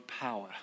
power